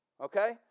okay